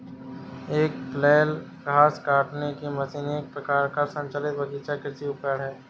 एक फ्लैल घास काटने की मशीन एक प्रकार का संचालित बगीचा कृषि उपकरण है